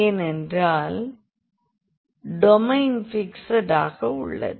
ஏனென்றால் டொமைன் பிக்சடாக உள்ளது